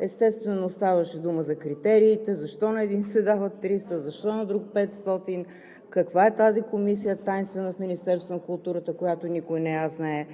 Естествено, ставаше дума за критериите – защо на един се дават 300, защо на друг 500? Каква е тази комисия, тайнствена, в Министерството на културата, която никой не я знае?